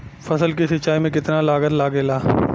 फसल की सिंचाई में कितना लागत लागेला?